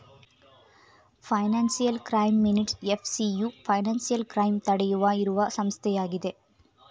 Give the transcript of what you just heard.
financial crime minutes FCU financial crime ತಡೆಯುವ ಇರುವ ಸಂಸ್ಥೆಯಾಗಿದೆ